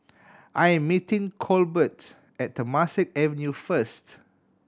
I am meeting Colbert at Temasek Avenue first